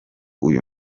uyu